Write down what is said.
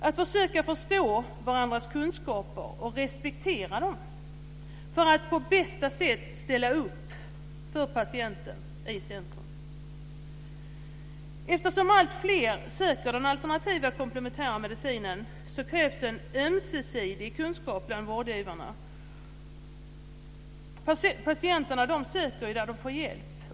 Att försöka förstå varandras kunskaper och respektera dem, för att på bästa sätt ställa upp för patienten, står i centrum. Eftersom alltfler söker den alternativa eller komplementära medicinen krävs en ömsesidig kunskap bland vårdgivarna. Patienterna söker ju där de får hjälp.